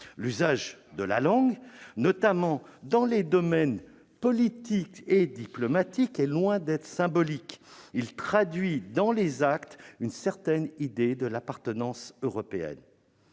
L'usage de la langue, notamment dans les domaines politique et diplomatique, est loin d'être symbolique : il traduit dans les actes une certaine idée de l'appartenance européenne.